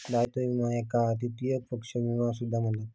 दायित्व विमो याका तृतीय पक्ष विमो सुद्धा म्हणतत